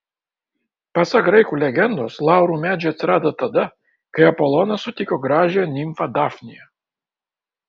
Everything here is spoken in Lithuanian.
pasak graikų legendos laurų medžiai atsirado tada kai apolonas sutiko gražiąją nimfą dafniją